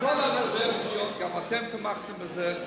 בכל הוורסיות גם אתם תמכתם בזה.